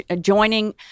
joining